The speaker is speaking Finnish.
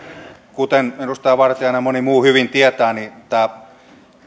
kuten edustaja vartiainen ja moni muu hyvin tietää niin